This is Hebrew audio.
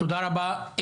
תודה רבה.